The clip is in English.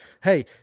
Hey